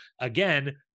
again